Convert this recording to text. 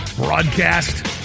Broadcast